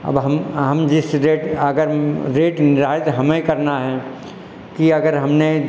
अब हम हम जिस रेट अगर रेट हमें करना है कि अगर हमने